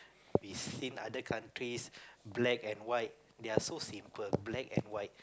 we see other countries black and white they are so simple black and white